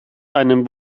einem